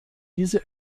diese